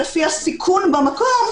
לפי הסיכון במקום.